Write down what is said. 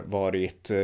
varit